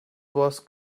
was